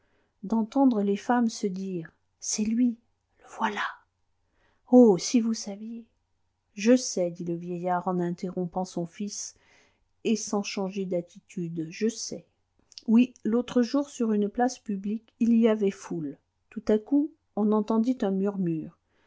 d'entendre les femmes se dire c'est lui le voilà oh si vous saviez je sais dit le vieillard en interrompant son fils et sans changer d'attitude je sais oui l'autre jour sur une place publique il y avait foule tout à coup on entendit un murmure